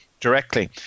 Directly